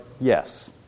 Yes